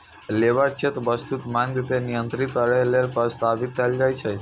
labour check वस्तुक मांग के नियंत्रित करै लेल प्रस्तावित कैल जाइ छै